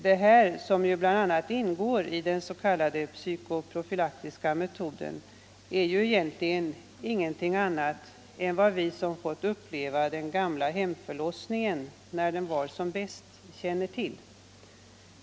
Detta, som bl.a. ingår i den s.k. psykoprofylaktiska metoden, är ju egentligen inget annat än vad vi som fått uppleva den gamla hemförlossningen, när den var som bäst, känner till.